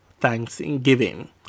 Thanksgiving